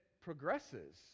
progresses